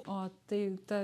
o tai ta